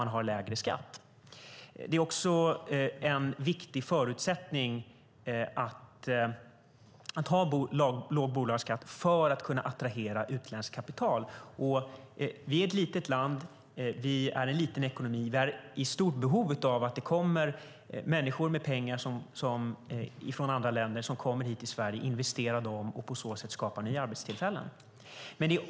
Att ha låg bolagsskatt är också en viktig förutsättning för att kunna attrahera utländskt kapital. Vi är ett litet land med en liten ekonomi. Vi är i stort behov av att människor från andra länder kommer hit till Sverige med pengar, investerar dem och på så sätt skapar nya arbetstillfällen.